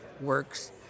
works